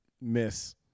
miss